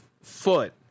foot